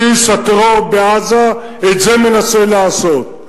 בסיס הטרור בעזה את זה מנסה לעשות.